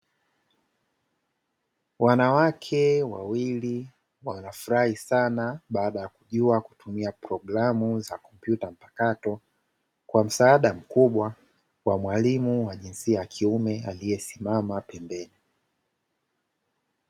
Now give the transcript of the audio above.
Wanawake wawili, wanafurahi sana baada ya kujua kutumia programu za kompyuta mpakato kwa msaada mkubwa wa mwalimu wa kiume aliyesimama pembeni.